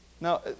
Now